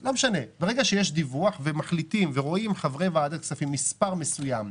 אם רואים חברי ועדת הכספים מספר מסוים,